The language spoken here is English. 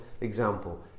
example